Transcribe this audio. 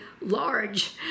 large